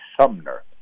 Sumner